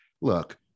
look